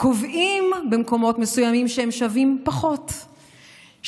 קובעים במקומות מסוימים שהם שווים פחות,